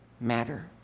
matter